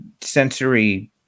sensory